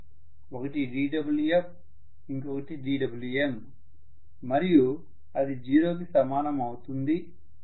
ఒకటి dWf ఇంకొకటి dWm మరియు అది జీరోకి సమానం అవుతుంది